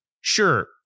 sure